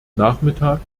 nachmittag